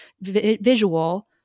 visual